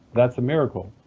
that's a miracle.